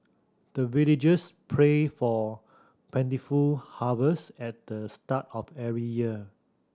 the villagers pray for plentiful harvest at the start of every year